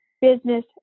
business